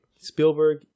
spielberg